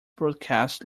broadcast